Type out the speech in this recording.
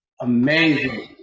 Amazing